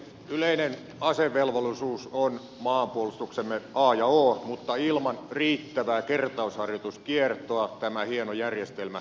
yleinen asevelvollisuus on maanpuolustuksemme a ja o mutta ilman riittävää kertausharjoituskiertoa tämä hieno järjestelmä dementoituu